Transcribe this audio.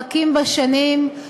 רכים בשנים,